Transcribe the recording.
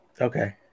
Okay